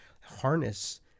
harness